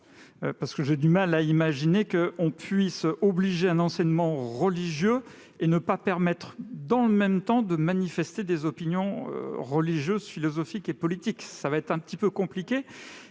parce que j'ai du mal à imaginer que l'on puisse obliger à un enseignement religieux et ne pas permettre, dans le même temps, de manifester des opinions religieuses, philosophiques et politiques. Cela va être un petit peu compliqué.